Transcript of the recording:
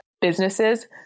businesses